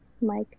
Mike